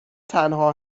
تنها